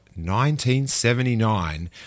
1979